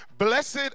Blessed